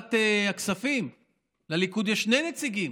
שבוועדת הכספים לליכוד יש שני נציגים